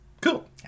Cool